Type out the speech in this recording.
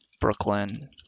Brooklyn